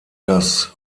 das